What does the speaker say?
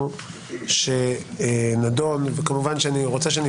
חבר הכנסת יוראי להב הרצנו, בבקשה.